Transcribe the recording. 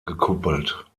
gekuppelt